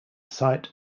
site